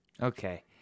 Okay